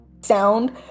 sound